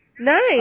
Nice